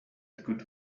good